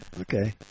Okay